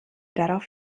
darauf